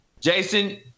jason